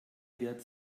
wird